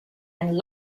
and